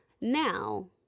now